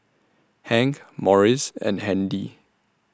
Hank Maurice and Handy